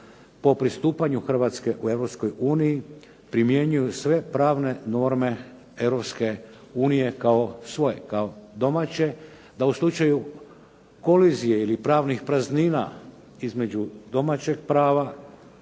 po pristupanju Hrvatske u Europskoj uniji primjenjuju sve pravne norme Europske unije kao svoje, kao domaće da u slučaju kolizije ili pravnih praznina između domaćeg prava